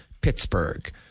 Pittsburgh